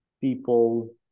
people